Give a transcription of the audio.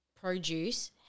produce